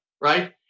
right